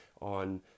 on